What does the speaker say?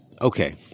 Okay